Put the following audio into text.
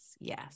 yes